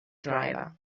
driver